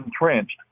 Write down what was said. entrenched